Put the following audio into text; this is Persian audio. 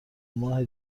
ماه